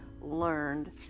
learned